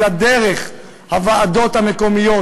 אלא דרך הוועדות המקומיות,